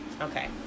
Okay